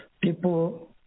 people